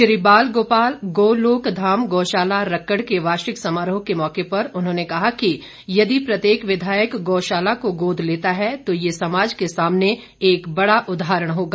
श्री बाल गोपाल गौ लोक धाम गौशाला रक्कड़ के वार्षिक समारोह के मौके पर उन्होंने कहा कि यदि प्रत्येक विधायक गौशाला को गोद लेता है तो यह समाज के सामने एक बड़ा उदाहरण होगा